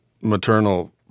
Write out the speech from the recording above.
maternal